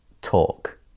Talk